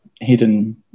hidden